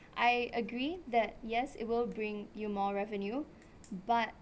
I agree that yes it will bring you more revenue but